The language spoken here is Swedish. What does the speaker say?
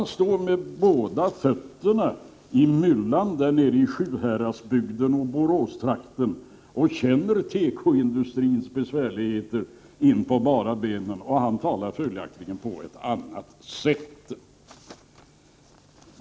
Han står med båda fötterna i myllan nere i Sjuhäradsbygden och Boråstrakten och känner tekoindustrins besvärligheter in på bara benen, och han talar följaktligen på ett annat sätt.